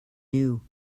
new